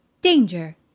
danger